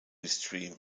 stream